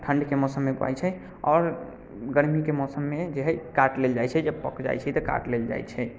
ठण्डके मौसममे बुवाइ छै आओर गरमीके मौसममे जे हय काटि लेल जाइ छै जे पक जाइ छै तऽ काटि लेल जाइ छै